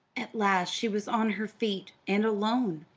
at last she was on her feet, and alone.